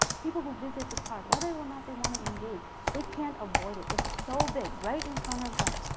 people who visit the park, whether or not they want to engage, they can't avoid it. it's so big, right in front of them.